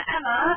Emma